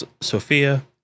Sophia